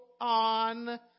on